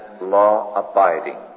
law-abiding